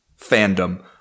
fandom